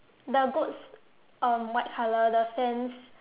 the goats um white color the fence